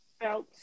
felt